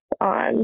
on